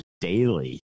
daily